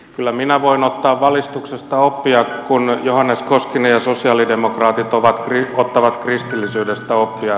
kyllä minä voin ottaa valistuksesta oppia kun johannes koskinen ja sosialidemokraatit ottavat kristillisyydestä oppia